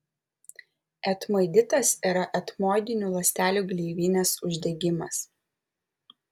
etmoiditas yra etmoidinių ląstelių gleivinės uždegimas